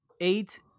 eight